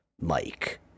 mike